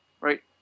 Right